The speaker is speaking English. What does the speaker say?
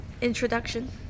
introduction